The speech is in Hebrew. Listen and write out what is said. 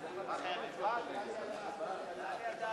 להסיר מסדר-היום את הצעת חוק העונשין (תיקון,